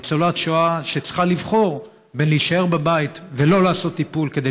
ניצולת שואה שצריכה לבחור בין להישאר בבית ולא לעשות טיפול כדי